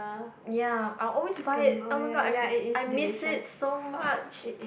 ya I always buy it oh-my-god I I miss it so much